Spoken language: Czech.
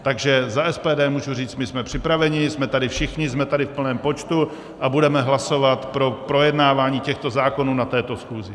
Takže za SPD můžu říct, my jsme připraveni, jsme tady všichni, jsme tady v plném počtu a budeme hlasovat pro projednávání těchto zákonů na této schůzi.